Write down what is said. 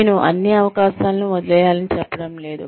నేను అన్ని అవకాశాలను వదిలేయాలని చెప్పడం లేదు